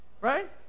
right